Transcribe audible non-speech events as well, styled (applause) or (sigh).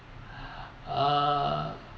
(breath) uh